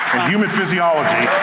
human physiology,